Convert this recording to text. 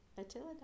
Attila